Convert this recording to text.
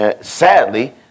Sadly